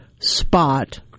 spot